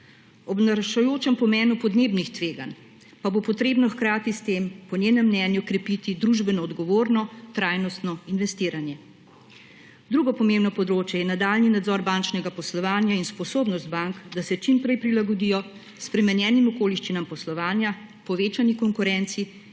Ob naraščajočem pomenu podnebnih tveganj pa bo potrebno hkrati s tem po njenem mnenju krepiti družbenoodgovorno trajnostno investiranje. Drugo pomembno področje ja nadaljnji nadzor bančnega poslovanja in sposobnost bank, da se čim prej prilagodijo spremenjenim okoliščinam poslovanja, povečani konkurenci